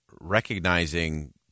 recognizing